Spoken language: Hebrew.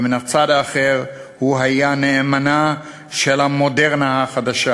ומן הצד האחר הוא היה נאמנה של המודרנה החדשה.